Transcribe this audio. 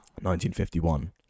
1951